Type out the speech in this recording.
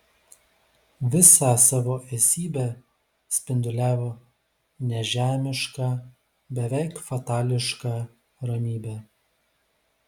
visą savo esybe spinduliavo nežemišką beveik fatališką ramybę